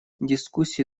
дискуссии